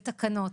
בתקנות,